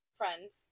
friends